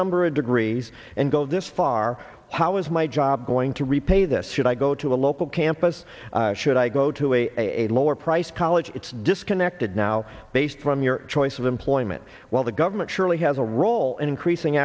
number of degrees and go this far how is my job going to repay this should i go to a local campus should i go to a lower priced college it's disconnected now based from your choice of employment well the government surely has a role in increasing